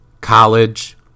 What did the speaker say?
college